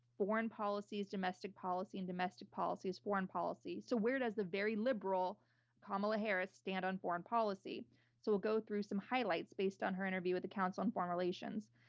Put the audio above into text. foreign policy is domestic policy and domestic policy is foreign policy. so where does the very liberal kamala harris stand on foreign policy? so we'll go through some highlights based on her interview with the council on foreign relations.